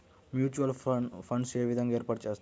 Mutual funds ఏ విధంగా ఏర్పాటు చేస్తారు?